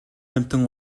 амьтан